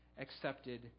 accepted